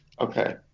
Okay